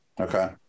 Okay